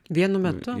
vienu metu